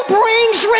brings